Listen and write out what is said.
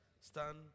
Stand